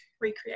recreate